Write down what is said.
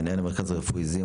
מנהל המרכז הרפואי זיו,